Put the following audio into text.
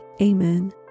Amen